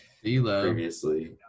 previously